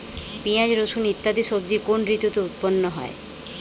পিঁয়াজ রসুন ইত্যাদি সবজি কোন ঋতুতে উৎপন্ন হয়?